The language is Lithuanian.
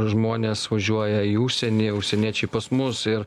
žmonės važiuoja į užsienį užsieniečiai pas mus ir